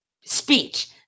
speech